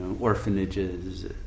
orphanages